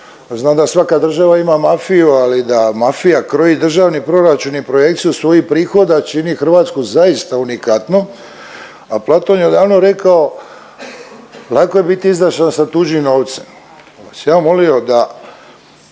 Znam da svaka država ima mafiju, ali da mafija kroji državni proračun i projekciju svojih prihoda čini Hrvatsku zaista unikatnom, a Platon je odavno rekao, lako je biti izdašan sa tuđim novcem pa bih vas ja molio da